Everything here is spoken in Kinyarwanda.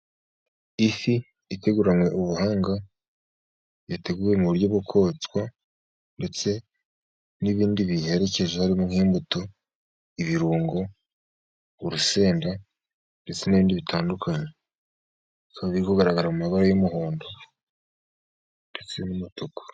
Ifi iteguranywe ubuhanga yateguwe mu buryo bwo kotswa, ndetse n'ibindi biyiherekeje harimo nk'imbuto, ibirungo, urusenda, ndetse n'ibindi bitandukanye. Ikaba iri kugaragara mu mabara y'umuhondo ndetse n'umutuku.